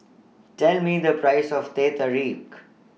Tell Me The Price of Teh Tarik